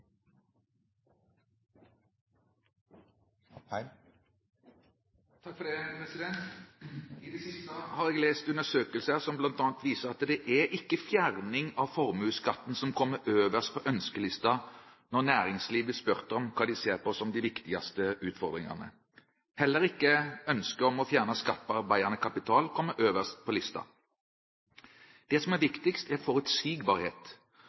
I det siste har jeg lest undersøkelser som bl.a. viser at det ikke er fjerning av formuesskatten som kommer øverst på ønskelisten når næringslivet blir spurt om hva de ser på som de viktigste utfordringene. Heller ikke ønsket om å fjerne skatt på arbeidende kapital kommer øverst på listen. Det som er viktigst, er forutsigbarhet,